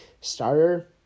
starter